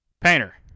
painter